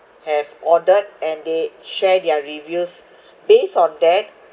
have ordered and they share their reviews based on that